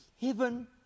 Heaven